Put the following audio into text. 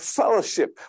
fellowship